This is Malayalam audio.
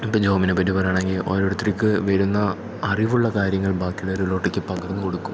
ഇപ്പോൾ ജോബിനെ പറ്റി പറയുകയാണെങ്കിൽ ഓരോർത്തർക്ക് വരുന്ന അറിവുള്ള കാര്യങ്ങൾ ബാക്കി ഉള്ളവരിലോട്ട് പകർന്ന് കൊടുക്കും